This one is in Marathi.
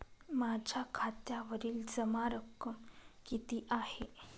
माझ्या खात्यावरील जमा रक्कम किती आहे?